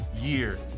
year